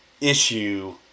issue